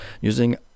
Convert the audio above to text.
using